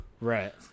Right